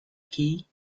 key